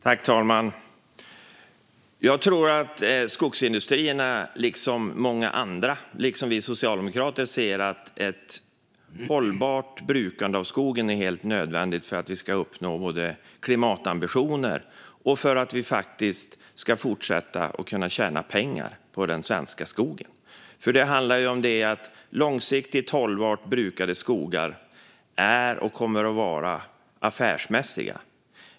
Herr talman! Jag tror att Skogsindustrierna och många andra liksom vi socialdemokrater ser att ett hållbart brukande av skogen är helt nödvändigt för att vi ska uppnå klimatambitioner och för att vi ska kunna fortsätta att tjäna pengar på den svenska skogen. Det handlar ju om att långsiktigt hållbart brukade skogar är och kommer att vara affärsmässiga.